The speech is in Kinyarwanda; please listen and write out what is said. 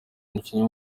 umukinnyi